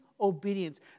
obedience